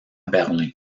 berlin